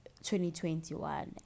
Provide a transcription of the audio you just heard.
2021